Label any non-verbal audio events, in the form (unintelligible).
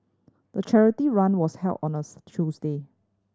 the charity run was held on (unintelligible) Tuesday